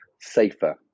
safer